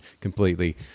completely